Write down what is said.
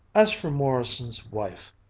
as for morrison's wife.